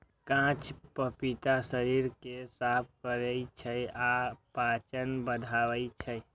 कांच पपीता शरीर कें साफ करै छै आ पाचन बढ़ाबै छै